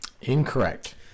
Incorrect